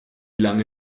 lange